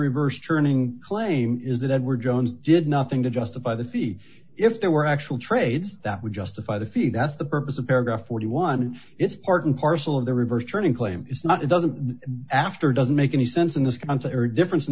reverse churning claim is that edward jones did nothing to justify the fee if there were actual trades that would justify the fee that's the purpose of paragraph forty one dollars it's part and parcel of the reverse turning claim is not it doesn't after doesn't make any sense in this country or difference in